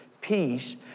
peace